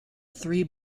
three